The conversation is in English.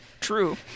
True